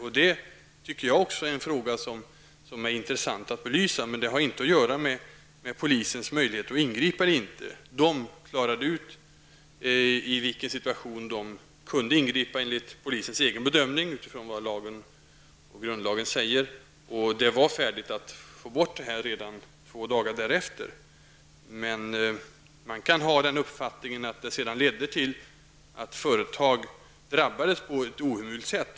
Även jag tycker att detta är en fråga som det är intressant att belysa, men det har inte att göra med polisens möjligheter att ingripa. Polisen klarade ut i vilken situation den enligt egen bedömning kunde ingripa, med hänsyn till vad som står i grundlagen. Det var färdigt redan två dagar senare, men man kan ha den uppfattningen att det hela ledde till att företag drabbades på ett ohemult sätt.